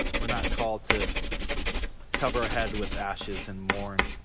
we're not called to cover a head with ashes and mourn